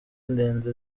ndende